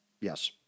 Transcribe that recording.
Yes